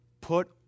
Put